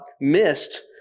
missed